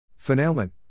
Finalement